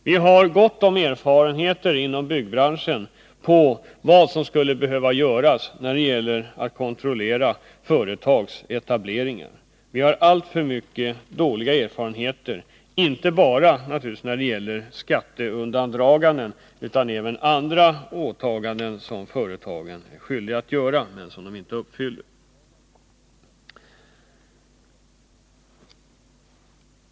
Vi har inom byggnadsbranschen gott om erfarenheter av vad som skulle behöva göras när det gäller att kontrollera företags etableringar. Vi har alltför många dåliga erfarenheter, inte bara när det gäller skatteundandraganden utan också i fråga om andra skyldigheter som åligger företagen men som de inte uppfyller.